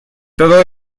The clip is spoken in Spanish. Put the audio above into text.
todo